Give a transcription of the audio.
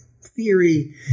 theory